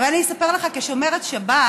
אבל אני אספר לך: כשומרת שבת,